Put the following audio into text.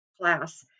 class